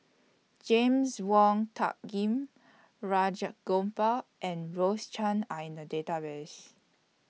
James Wong Tuck Rajah Gopal and Rose Chan Are in The Database